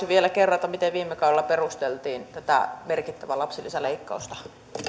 vielä kerrata miten viime kaudella perusteltiin tätä merkittävää lapsilisäleikkausta